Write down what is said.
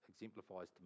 exemplifies